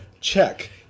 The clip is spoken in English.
check